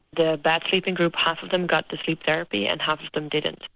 the bad sleeping group half of them got the sleep therapy and half of them didn't.